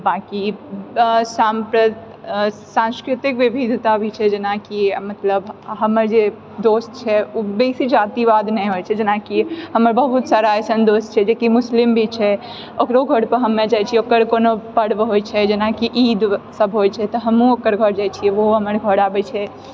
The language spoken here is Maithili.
बांकी सांस्कृतिक विविधता भी छै जेनाकि मतलब हमर जे दोस्त छै उ बेसी जातिवाद नहि होइ छै जेनाकि हमर बहुत सारा अइसन दोस्त छै जेकि मुस्लिम भी छै ओकरो घरपर हम जाइ छियै ओकर कोनो पर्व होइ छै जेनाकि ईद सब होइ छै तऽ हमहूँ ओकर घर जाइ छियै ओहो हमर घर आबै छै